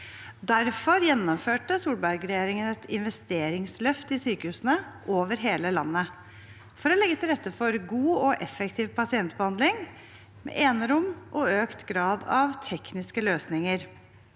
Derfor gjennomførte Solberg-regjeringen et investeringsløft i sykehusene over hele landet for å legge til rette for god og effektiv pasientbehandling, enerom og økt grad av tekniske løsninger.